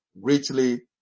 richly